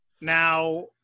Now